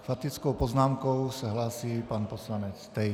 S faktickou poznámkou se hlásí pan poslanec Tejc.